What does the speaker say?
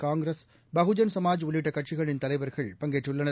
காங்கிரஸ் பகுஜன் சமாஜ் உள்ளிட்டகட்சிகளின் தலைவர்கள் பங்கேற்றுள்ளனர்